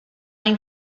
ein